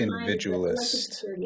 individualist